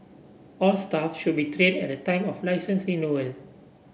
all staff should be trained at the time of licence renewal